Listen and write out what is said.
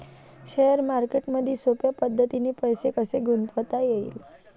Share मार्केटमधी सोप्या पद्धतीने पैसे कसे गुंतवता येईन?